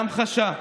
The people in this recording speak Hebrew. להמחשה,